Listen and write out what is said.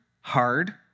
hard